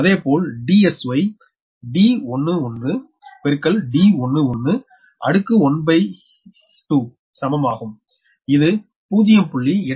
அதேபோல் Dsy d 1 1 d 1 1½ சமம் ஆகும் இது 0